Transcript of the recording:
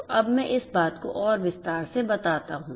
तो अब मैं इस बात को और विस्तार से बताता हूं